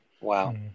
wow